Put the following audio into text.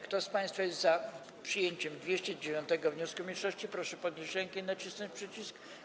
Kto z państwa jest za przyjęciem 209. wniosku mniejszości, proszę podnieść rękę i nacisnąć przycisk.